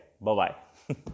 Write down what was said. Bye-bye